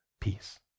peace